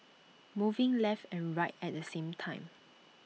moving left and right at the same time